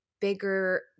bigger